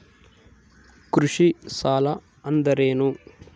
ಕೃಷಿ ಸಾಲ ಅಂದರೇನು?